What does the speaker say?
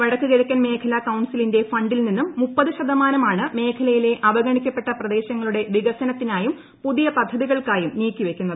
വടക്ക് കിഴക്കൻ മേഖല കൌൺസി ലിന്റെ ഫണ്ടിൽ നിന്നും മുപ്പത് ശതമാനമാണ് മേഖലയിലെ അവഗ്ണിക്കപ്പെട്ട പ്രദേശങ്ങളുടെ വികസനത്തിനായും പുതിയ പദ്ധതികൾക്കായും നീക്കിവയ്ക്കുന്നത്